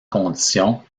conditions